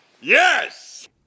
Yes